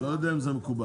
אני לא יודע אם זה מקובל.